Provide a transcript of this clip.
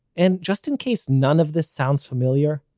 and, just in case none of this sounds familiar,